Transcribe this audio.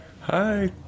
Hi